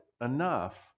enough